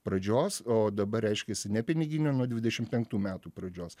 pradžios o dabar reiškiasi nepiniginių nuo dvidešimt penktų metų pradžios